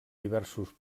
diversos